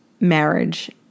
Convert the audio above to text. marriage